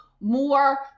more